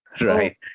Right